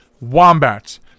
wombats